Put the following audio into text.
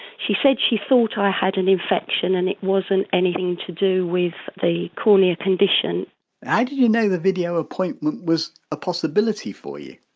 she said she thought i had an infection and it wasn't anything to do with the cornea condition whitehow did you know the video appointment was a possibility for you?